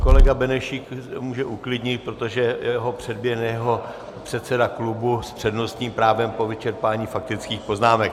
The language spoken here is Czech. Kolega Benešík se může uklidnit, protože ho předběhne ještě jeho předseda klubu s přednostním právem po vyčerpání faktických poznámek.